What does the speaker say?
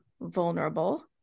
vulnerable